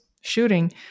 shooting